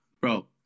Bro